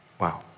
Wow